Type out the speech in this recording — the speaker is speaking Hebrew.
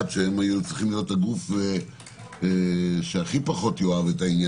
שצריכים היו להיות הגוף שהכי פחות יאהב את זה